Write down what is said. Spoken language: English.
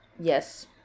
Yes